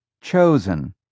chosen